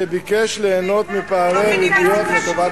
שביקש ליהנות מפערי ריביות לטובת,